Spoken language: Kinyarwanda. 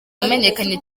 wamenyekanye